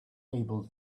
able